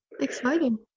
exciting